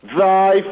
thy